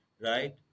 right